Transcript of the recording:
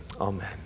amen